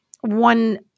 one